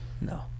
No